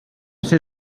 ser